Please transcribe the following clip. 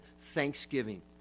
thanksgiving